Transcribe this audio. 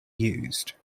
used